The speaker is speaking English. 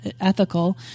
ethical